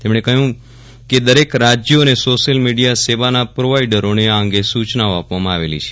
તેમણે કહ્યું કે દરેક રાજયો અને સોશીયલ મીડીયા સેવાના પ્રોવાઇડરોને આ અંગે સૂચનાઓ આપવામાં આવેલી છે